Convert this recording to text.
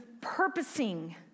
purposing